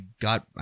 got